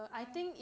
why